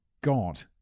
god